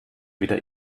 wieder